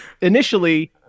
initially